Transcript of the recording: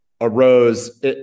arose